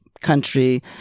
country